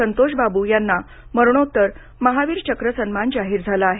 संतोष बाबू यांना मरणोत्तर महावीर चक्र सन्मान जाहीर झाला आहे